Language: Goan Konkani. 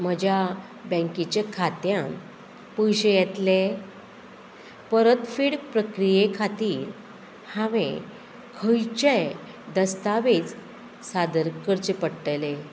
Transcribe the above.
म्हज्या बँकेच्या खात्यांत पयशे येतले परत फेड प्रक्रिये खातीर हांवें खंयचे दस्तावेज सादर करचे पडटले